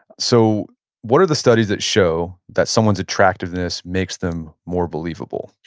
so what are the studies that show that someone's attractiveness makes them more believable?